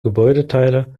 gebäudeteile